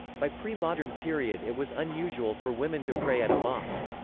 by pre-modern period it was unusual for women to pray at a mosque.